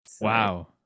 Wow